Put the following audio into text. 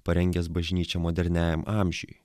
parengęs bažnyčią moderniajam amžiui